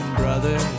brother